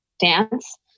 dance